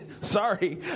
Sorry